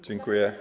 Dziękuję.